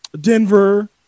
Denver